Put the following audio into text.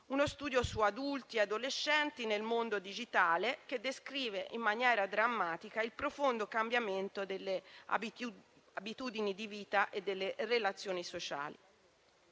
uno studio su adulti e adolescenti nel mondo digitale che descrive in maniera drammatica il profondo cambiamento delle abitudini di vita e delle relazioni sociali.